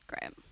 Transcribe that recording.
great